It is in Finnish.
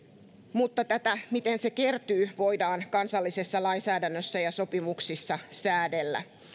mutta sitä miten se kertyy voidaan kansallisessa lainsäädännössä ja sopimuksissa säädellä